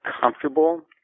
comfortable